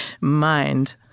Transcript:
mind